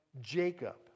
Jacob